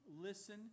listen